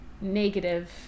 negative